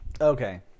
Okay